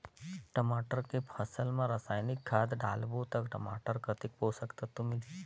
टमाटर के फसल मा रसायनिक खाद डालबो ता टमाटर कतेक पोषक तत्व मिलही?